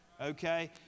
Okay